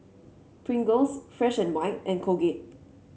Pringles Fresh And White and Colgate